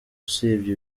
usibye